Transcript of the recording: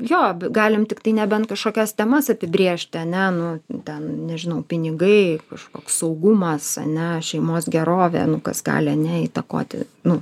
jo galim tiktai nebent kažkokias temas apibrėžti ane nu ten nežinau pinigai kažkoks saugumas ane šeimos gerovė nu kas gali ane įtakoti nu